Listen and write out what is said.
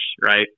right